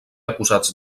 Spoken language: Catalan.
acusats